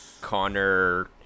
Connor